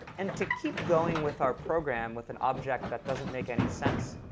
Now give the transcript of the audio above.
and to keep going with our program with an object that doesn't make any sense,